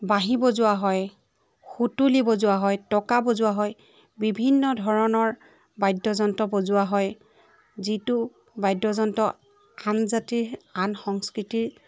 বাঁহি বজোৱা হয় সুতুলি বজোৱা হয় টকা বজোৱা হয় বিভিন্ন ধৰণৰ বাদ্য যন্ত বজোৱা হয় যিটো বাদ্য যন্ত আন জাতিৰ আন সংস্কৃতিৰ